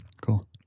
Cool